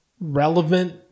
relevant